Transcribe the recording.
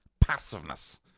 passiveness